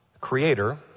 creator